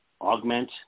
augment